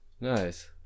Nice